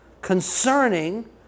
concerning